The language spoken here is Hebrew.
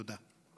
תודה.